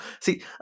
See